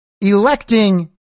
electing